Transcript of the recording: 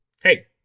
Hey